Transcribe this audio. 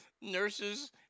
Nurses